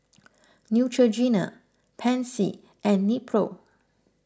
Neutrogena Pansy and Nepro